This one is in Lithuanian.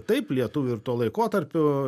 taip lietuvių ir tuo laikotarpiu